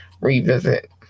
revisit